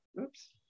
Oops